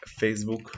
Facebook